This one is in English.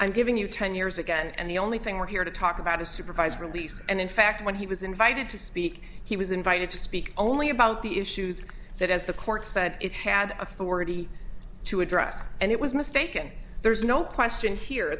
i'm giving you ten years ago and the only thing we're here to talk about is supervised release and in fact when he was invited to speak he was invited to speak only about the issues that as the court said it had authority to address and it was mistaken there's no question here